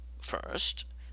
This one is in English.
first